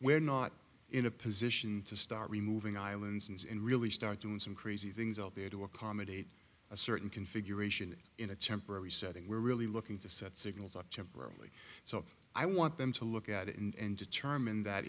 we're not in a position to start removing islands and really start doing some crazy things out there to accommodate a certain configuration in a temporary setting we're really looking to set signals up temporarily so i want them to look at it and determine that